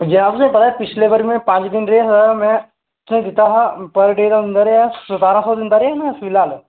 पंजाब मे पता पिछले बारी में पंज दिन रेहा हा में उत्थ दित्ता हा पर डे दा दिंदा रेहा सतारां सौ दिंदा रेहा निं में फिलहाल